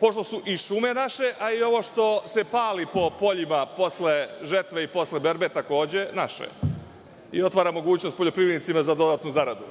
pošto su u šume naše, a i ovo što se pali po poljima posle žetve i posle berbe, takođe, naše je i otvara mogućnost poljoprivrednicima za dodatnu zaradu.